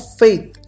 faith